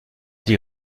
dit